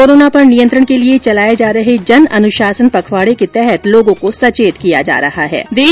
corona पर नियंत्रण के लिए चलाए जा रहे जन अनुशासन पखवाडे के तहत लोगों को किया जा रहा है सचेत